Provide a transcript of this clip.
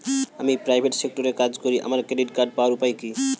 আমি প্রাইভেট সেক্টরে কাজ করি আমার ক্রেডিট কার্ড পাওয়ার উপায় কি?